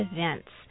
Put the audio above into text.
Events